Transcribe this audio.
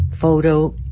Photo